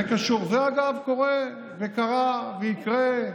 זה קורה, אגב, זה קרה ויקרה,